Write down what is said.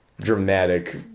dramatic